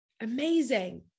Amazing